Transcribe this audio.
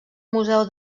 museu